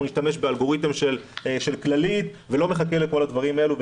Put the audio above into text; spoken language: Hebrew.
נשתמש באלגוריתם של כללית ולא מחכה לכל הדברים האלה,